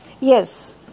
yes